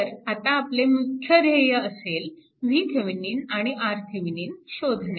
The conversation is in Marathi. तर आता आपले मुख्य ध्येय असेल VThevenin आणि RThevenin शोधणे